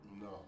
No